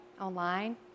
online